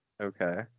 Okay